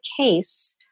case